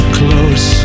close